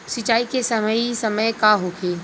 सिंचाई के सही समय का होखे?